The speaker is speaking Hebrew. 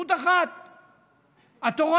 זכות אחת, התורה.